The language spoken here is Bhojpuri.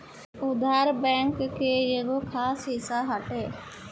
उधार, बैंक के एगो खास हिस्सा हटे